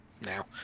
now